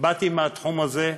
באתי מהתחום הזה,